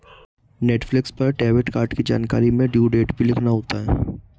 Netflix पर debit card की जानकारी में ड्यू डेट भी लिखना होता है